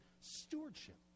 stewardship